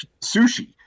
sushi